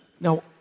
Now